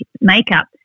makeup